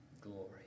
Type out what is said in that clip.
glory